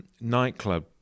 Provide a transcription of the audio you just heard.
nightclub